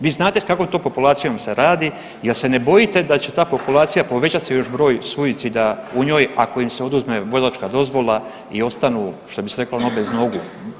Vi znate s kakvom to populacijom radi, jel se ne bojite da će ta populacija povećati se još broj suicida u njoj ako im se oduzme vozačka dozvola i ostanu što bi se reklo ono bez nogu.